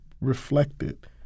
reflected